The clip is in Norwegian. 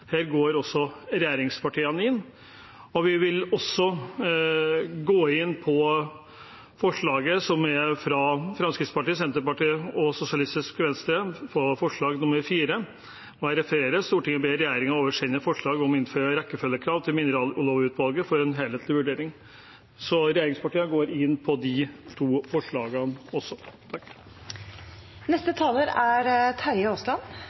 Her går altså også regjeringspartiene inn. Vi vil også gå inn på forslag nr. 4, fra Fremskrittspartiet, Senterpartiet og Sosialistisk Venstreparti, og jeg refererer: «Stortinget ber regjeringen oversende forslaget om innføring av rekkefølgekrav til minerallovutvalget for en helhetlig vurdering.» Så også regjeringspartiene går inn for de to forslagene.